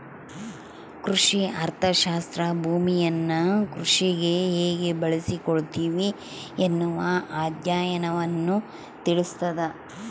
ಕೃಷಿ ಅರ್ಥಶಾಸ್ತ್ರ ಭೂಮಿಯನ್ನು ಕೃಷಿಗೆ ಹೇಗೆ ಬಳಸಿಕೊಳ್ಳುತ್ತಿವಿ ಎನ್ನುವ ಅಧ್ಯಯನವನ್ನು ತಿಳಿಸ್ತಾದ